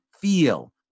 feel